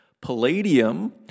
palladium